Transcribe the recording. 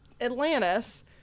Atlantis